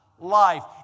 Life